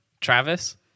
Travis